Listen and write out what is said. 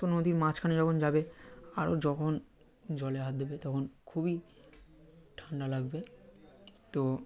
তো নদীর মাছখানে যখন যাবে আরো যখন জলে হাত দেবে তখন খুবই ঠান্ডা লাগবে তো